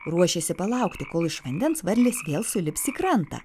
ruošėsi palaukti kol iš vandens varlės vėl sulips į krantą